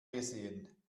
gesehen